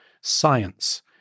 science